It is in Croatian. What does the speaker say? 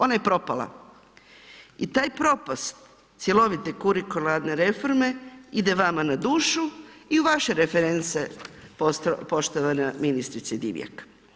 Ona je propala i taj propast cjelovite kurikularne reforme ide vama na dušu i vaše reference poštovana ministrice Divjak.